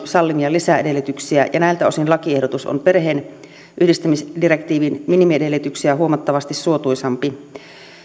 sallimia lisäedellytyksiä näiltä osin lakiehdotus on perheenyhdistämisdirektiivin minimiedellytyksiä huomattavasti suotuisampi